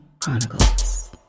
Chronicles